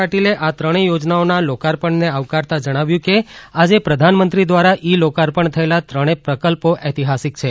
પાટીલે આ ત્રણેય યોજનાઓના લોકાર્પણને આવકારતા જણાવ્યું છે કે આજે પ્રધાનમંત્રી દ્વારા ઇ લોકાર્પણ થયેલા ત્રણેય પ્રકલ્પો ઐતિહાસિક છે